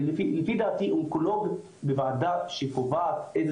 ולפי דעתי אונקולוג בוועדה שקובעת איזה